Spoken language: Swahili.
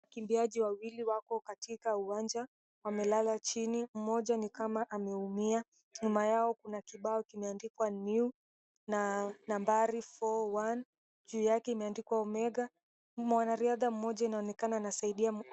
Wakimbiaji wawili wako katika uwanja wamelala chini, moja ni kama ameumia. Nyuma yao kuna kibao kimeandikwa, New na nambari 41, juu yake imeandikwa Omega. Mwanariadha mmoja inaonekana anasaidia.